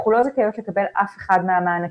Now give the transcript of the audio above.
אנחנו לא זכאיות לקבל ולו אחד מהמענקים.